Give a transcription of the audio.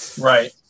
right